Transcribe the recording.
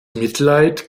mitleid